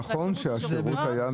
נכון שהשירות השתפר מאוד.